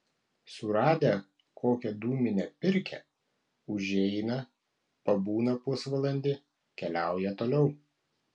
suradę kokią dūminę pirkią užeina pabūna pusvalandį keliauja toliau